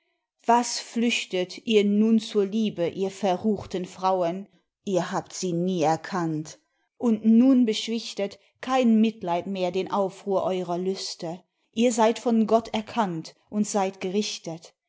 was flüchtet ihr nun zur liebe ihr verruchten frauen ihr habt sie nie erkannt und nun beschwichtet kein mitleid mehr den aufruhr eurer lüste ihr seid von gott erkannt und seid gerichtet